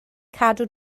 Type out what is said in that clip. cadw